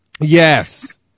Yes